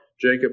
Jacob